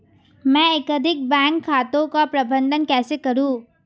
मैं एकाधिक बैंक खातों का प्रबंधन कैसे करूँ?